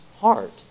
heart